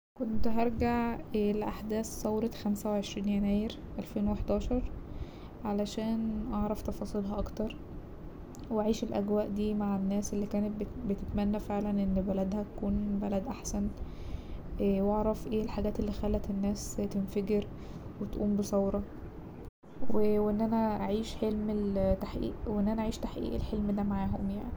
كنت هرجع لأحداث ثورة خمسة وعشرين يناير ألفين وحداشرعلشان اعرف تفاصيلها اكتر واعيش الأجواء دي مع الناس اللي كانت بتت- بتتمنى فعلا ان بلدها تكون بلد احسن واعرف ايه الحاجات اللي خلت الناس تنفجر وتقوم بثورة وان انا اعيش حلم التحقيق وان انا اعيش تحقيق الحلم ده معاهم يعني.